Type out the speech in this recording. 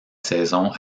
saison